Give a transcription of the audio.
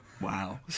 Wow